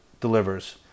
delivers